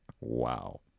Wow